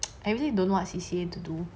I really don't know what C_C_A to do